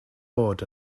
bod